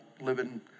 living